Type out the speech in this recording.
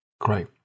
Great